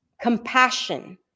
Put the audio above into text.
compassion